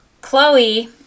Chloe